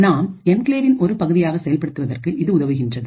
நாம் என்கிளேவின் ஒரு பகுதியாக செயல்படுவதற்கு இது உதவுகிறது